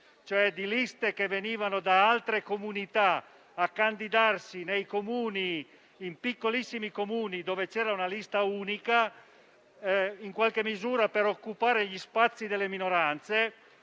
cioè che venivano da altre comunità a candidarsi in piccolissimi Comuni dove ce n'era una unica, in qualche misura per occupare gli spazi delle minoranze,